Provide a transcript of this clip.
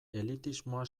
elitismoa